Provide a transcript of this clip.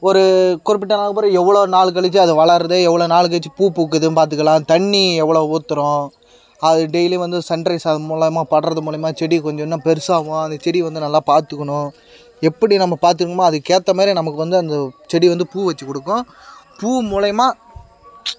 ஒரு குறிப்பிட்ட நாளுக்கு அப்புறம் எவ்வளோ நாள் கழித்து அது வளருது எவ்வளோ நாள் கழித்து பூ பூக்குதுன்னு பார்த்துக்கலாம் தண்ணி எவ்வளோ ஊற்றுறோம் அது டெய்லியும் வந்து சன் ரைஸ் அது மூலமாக படுறது மூலிமா செடி கொஞ்சம் இன்னும் பெருசாகும் அந்த செடி வந்து நல்லா பார்த்துக்கணும் எப்படி நம்ம பார்த்துக்கணுமோ அதுக்கேற்ற மாதிரி நமக்கு வந்து அந்த செடி வந்து பூ வச்சு கொடுக்கும் பூ மூலிமா